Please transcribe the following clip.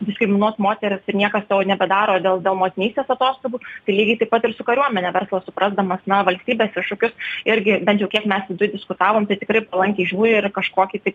diskriminuot moteris ir niekas to nebedaro dėl dėl motinystės atostogų tai lygiai taip pat ir su kariuomene verslas suprasdamas na valstybės iššūkius irgi bent jau kiek mes viduj diskutavom tai tikrai palankiai žiūri ir kažkokį tai